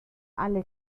alle